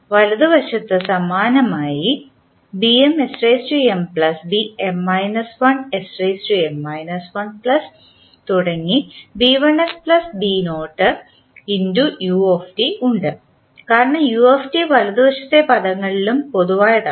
വലതുവശത്ത് സമാനമായി ഉണ്ട് കാരണം വലതുവശത്തെ പദങ്ങളിലും പൊതുവായതാണ്